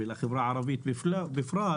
ובחברה הערבית בפרט,